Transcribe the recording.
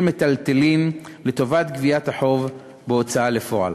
מיטלטלין לטובת גביית החוב בהוצאה לפועל.